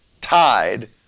tied